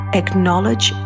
acknowledge